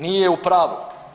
Nije u pravu.